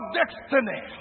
destiny